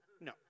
No